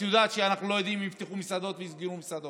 את יודעת שאנחנו לא יודעים אם יפתחו מסעדות או יסגרו מסעדות.